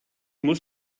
muss